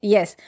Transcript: Yes